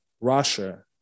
Russia